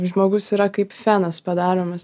žmogus yra kaip fenas padaromas